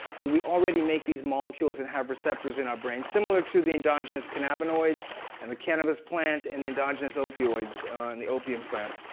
but we already make these molecules and have receptors in our brain. similar to the endogenous cannabinoids and the cannabis plant, and the endogenous opioids in and the opium plant.